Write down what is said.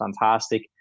fantastic